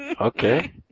Okay